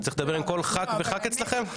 אני צריך לדבר עם כל ח"כ וח"כ אצלכם?